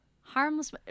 Harmless